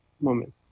moment